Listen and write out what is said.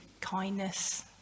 kindness